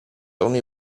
only